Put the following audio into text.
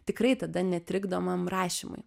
tikrai tada netrikdomam rašymui